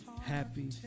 happy